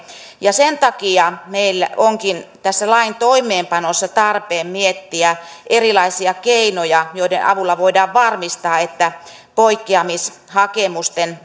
ja sen takia meillä onkin tässä lain toimeenpanossa tarpeen miettiä erilaisia keinoja joiden avulla voidaan varmistaa että poikkeamishakemusten